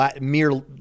mere